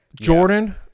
Jordan